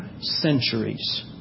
centuries